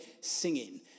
singing